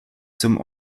zum